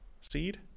seed